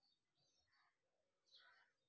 सलाहकार के सेवा कौन कौन रूप में ला सके हिये?